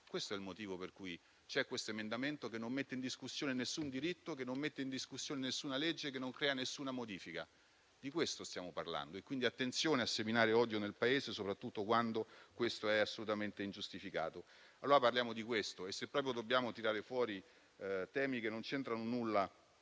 Questo è il motivo per cui è stato presentato tale emendamento, che non mette in discussione nessun diritto, nessuna legge e non crea nessuna modifica. Di questo stiamo parlando. Attenzione allora a seminare odio nel Paese, soprattutto quando questo è assolutamente ingiustificato. Parliamo di questo; e se proprio dobbiamo tirare fuori temi che non c'entrano nulla